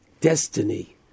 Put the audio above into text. destiny